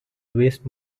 waste